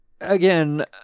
Again